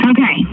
Okay